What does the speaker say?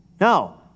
No